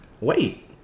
wait